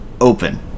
open